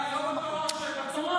לא --- בתורה,